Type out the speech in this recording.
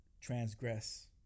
transgress